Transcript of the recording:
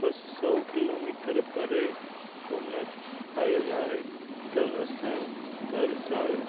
ॿ सौ किलोमीटर परे सोमनाथ आयल आहे त असां दर सालु